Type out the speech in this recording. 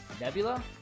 Nebula